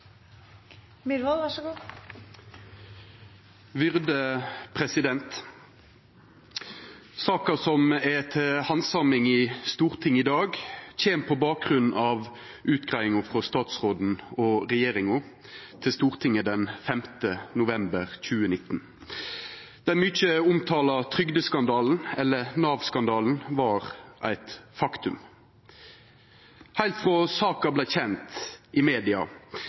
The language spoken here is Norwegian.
til handsaming i Stortinget i dag, kjem på bakgrunn av utgreiinga frå statsråden og regjeringa til Stortinget den 5. november 2019. Den mykje omtalte trygdeskandalen, eller Nav-skandalen, var eit faktum. Heilt frå saka vart kjend i media,